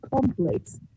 complex